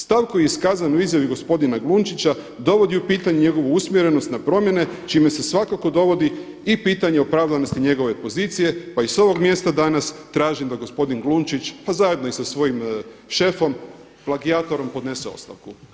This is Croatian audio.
Stav koji je iskazan u izjavi gospodina Glunčića dovodi u pitanje njegovu usmjerenost na promjene čime se svakako dovodi i pitanje opravdanosti njegove pozicije pa i s ovog mjesta danas tražim da gospodin Glunčić pa zajedno i sa svojim šefom, plagijatorom podnese ostavku.